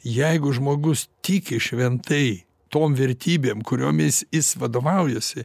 jeigu žmogus tiki šventai tom vertybėm kuriomis jis vadovaujasi